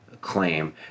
claim